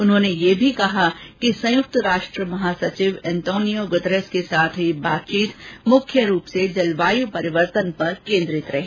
उन्होंने यह भी कहा कि संयुक्त राष्ट्र महासचिव अंतोनियो गुतेरेस के साथ हई बातचीत मुख्य रूप से जलवायु परिवर्तन पर केंद्रित रही